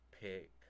pick